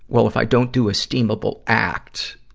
well, if i don't do esteemable acts,